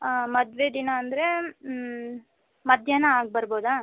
ಹಾಂ ಮದುವೆ ದಿನ ಅಂದರೆ ಮಧ್ಯಾಹ್ನ ಹಾಗ್ ಬರಬಹುದಾ